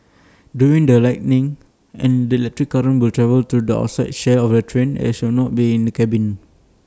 during the lightning and electric will travel through the outside shell of the train and should not being the cabin